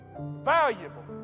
valuable